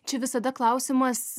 čia visada klausimas